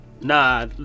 Nah